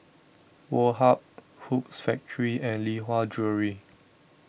Woh Hup Hoops Factory and Lee Hwa Jewellery